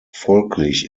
folglich